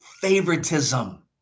favoritism